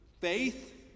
faith